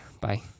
Bye